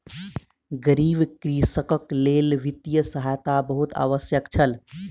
गरीब कृषकक लेल वित्तीय सहायता बहुत आवश्यक छल